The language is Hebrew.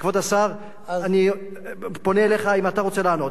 כבוד השר, אני פונה אליך, אם אתה רוצה לענות.